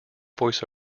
voice